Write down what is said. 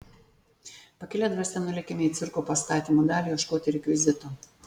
pakilia dvasia nulėkėme į cirko pastatymų dalį ieškoti rekvizito